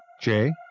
Jay